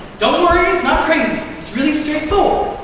don't worry, it's not crazy. it's really straightforward.